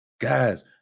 guys